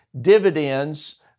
dividends